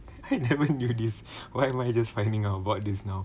I never knew this why am I just finding out about this now